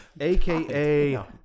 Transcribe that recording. aka